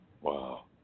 Wow